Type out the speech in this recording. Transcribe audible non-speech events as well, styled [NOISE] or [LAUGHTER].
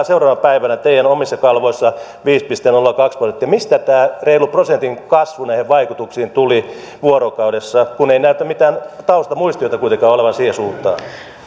[UNINTELLIGIBLE] seuraavana päivänä teidän omissa kalvoissanne viisi pilkku nolla kaksi prosenttia mistä tämä reilu prosentin kasvu näihin vaikutuksiin tuli vuorokaudessa kun ei näytä mitään taustamuistiota kuitenkaan olevan siihen suuntaan